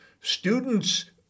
Students